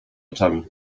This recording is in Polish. oczami